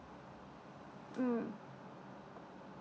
mm